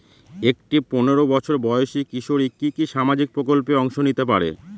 একটি পোনেরো বছর বয়সি কিশোরী কি কি সামাজিক প্রকল্পে অংশ নিতে পারে?